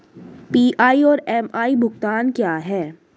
PI और MI भुगतान क्या हैं?